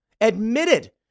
Admitted